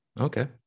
Okay